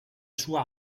sua